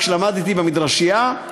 כשלמדתי במדרשייה,